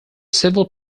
civil